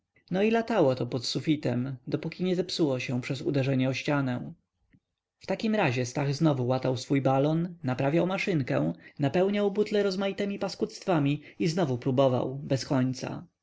no i latało to pod sufitem dopóki nie zepsuło się przez uderzenie o ścianę w takim razie stach znowu łatał swój balon naprawiał maszynkę napełniał butlę rozmaitemi paskudztwami i znowu próbował bez końca